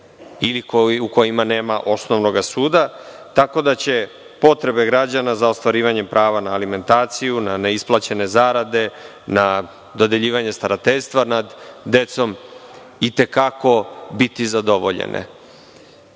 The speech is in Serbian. ili u kojima nema osnovnog suda, tako da će potrebe građana za ostvarivanjem prava na alimentaciju, na neisplaćene zarade, na dodeljivanje starateljstva nad decom, i te kako biti zadovoljene. Država